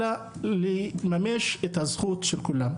אלא לממש את הזכות של כולם.